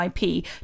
IP